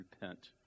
repent